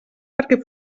perquè